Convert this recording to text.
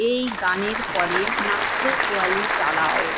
এই গানের পরে নাখরেওয়ালি চালাও